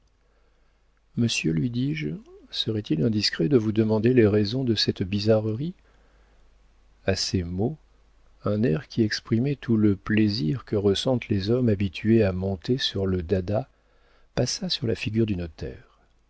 monsieur lui dis-je serait-il indiscret de vous demander les raisons de cette bizarrerie a ces mots un air qui exprimait tout le plaisir que ressentent les hommes habitués à monter sur le dada passa sur la figure du notaire